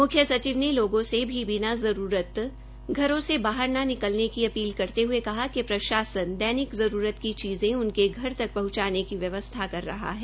मुख्य सचिव ने लोगों से भी बिना जरूरत घरों से बाहर न निकलने की अपील करते हये कहा कि प्रशासन दैनिक जरूरत की चीज़ें उनके घर तक पहुंचाने की व्यवस्था कर रहा है